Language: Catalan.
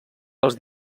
els